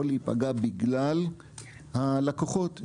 יכול להיפגע בגלל הלקוחות,